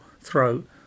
throat